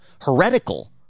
heretical